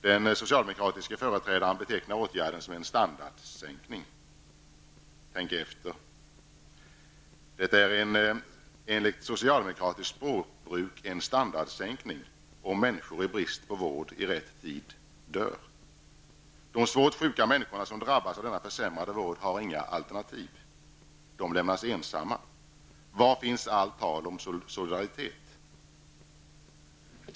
Den socialdemokratiske företrädaren betecknar åtgärden som en standardsänkning. Tänk efter. Det är enligt socialdemokratiskt språkbruk en standardsänkning om människor dör i brist på vård i rätt tid. De svårt sjuka människorna som drabbas av denna försämrade vård har inga alternativ. De lämnas ensamma. Var finns allt tal om solidaritet?